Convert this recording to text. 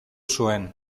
zuen